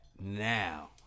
now